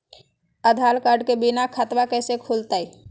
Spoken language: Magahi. आधार कार्ड के बिना खाताबा कैसे खुल तय?